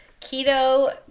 Keto